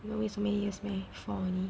I know you so many years meh four only